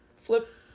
Flip